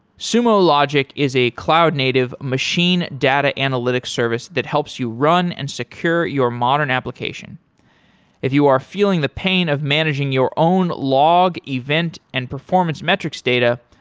sumo logic is a cloud-native machine data analytics service that helps you run and secure your modern application if you are feeling the pain of managing your own log event and performance metrics data,